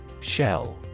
Shell